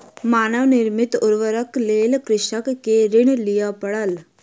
मानव निर्मित उर्वरकक लेल कृषक के ऋण लिअ पड़ल